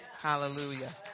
Hallelujah